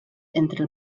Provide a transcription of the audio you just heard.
entre